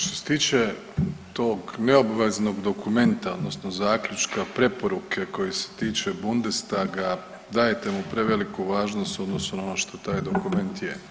Što se tiče tog neobveznog dokumenta, odnosno zaključka, preporuke koji se tiče Bundestaga, dajete mu preveliku važnost u odnosu na ono što taj dokument je.